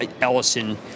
Ellison